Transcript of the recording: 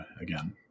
again